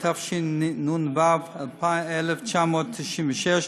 התשנ"ו 1996,